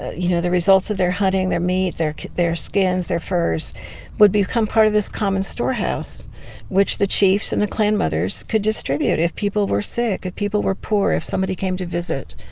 you know, the results of their hunting their meat, their skins, their skins, their furs would become part of this common storehouse which the chiefs and the clan mothers could distribute if people were sick, if people were poor, if somebody came to visit.